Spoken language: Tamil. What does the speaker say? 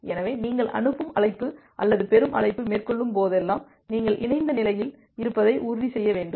எனவே நீங்கள் அனுப்பும் அழைப்பு அல்லது பெறும் அழைப்பை மேற்கொள்ளும்போதெல்லாம் நீங்கள் இணைந்த நிலையில் இருப்பதை உறுதி செய்ய வேண்டும்